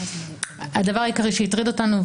הדבר העיקרי שהטריד אותנו,